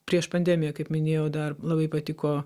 prieš pandemiją kaip minėjau dar labai patiko